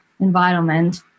environment